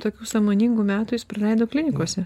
tokių sąmoningų metų jis praleido klinikose